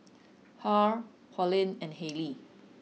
Harl Pauline and Hayley